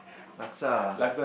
laksa ah